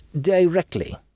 directly